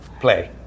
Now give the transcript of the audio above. play